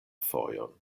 fojon